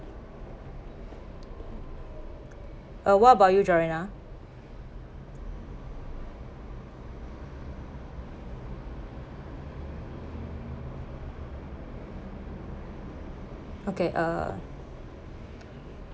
uh what about you joanna okay uh